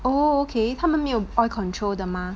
oo okay 他们没有 oil control 的吗